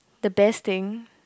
the best thing